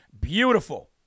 beautiful